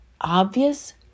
obvious